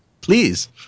Please